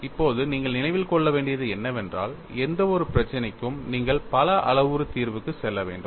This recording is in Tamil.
இப்போது நீங்கள் நினைவில் கொள்ள வேண்டியது என்னவென்றால் எந்தவொரு பிரச்சினைக்கும் நீங்கள் பல அளவுரு தீர்வுக்கு செல்ல வேண்டும்